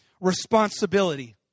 responsibility